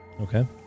Okay